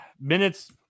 Minutes